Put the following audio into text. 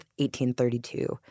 1832